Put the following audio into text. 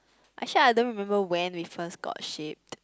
actually I don't remember when we first got shaped